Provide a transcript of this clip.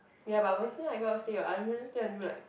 ya but Wednesday night I cannot stay what I can only stay until like